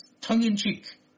tongue-in-cheek